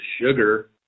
sugar